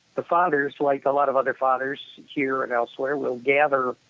the fathers, like a lot of other fathers here and elsewhere, will gather